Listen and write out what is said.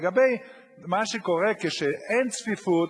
לגבי מה שקורה כשאין צפיפות,